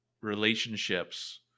relationships